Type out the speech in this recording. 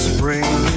Spring